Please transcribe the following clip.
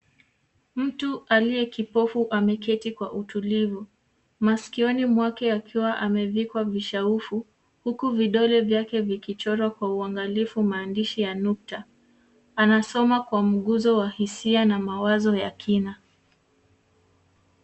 Mtu aliye kipofu ameketi kwa utulivu masikioni mwake akiwa amevikwa vishaufu, huku vidole vyake vikichora kwa uangalifu maandishi ya nukta. Anasoma kwa mguzo wa hisia na mawazo ya kina.